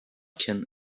can